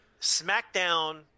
SmackDown